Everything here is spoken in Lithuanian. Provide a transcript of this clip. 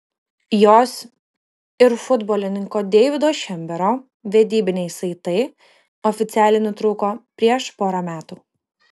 jos ir futbolininko deivido šembero vedybiniai saitai oficialiai nutrūko prieš porą metų